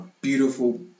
beautiful